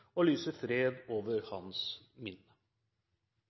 og lyser fred over hans minne.